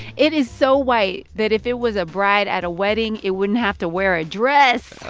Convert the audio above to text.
it is so white that if it was a bride at a wedding, it wouldn't have to wear a dress